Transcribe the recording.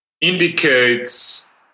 indicates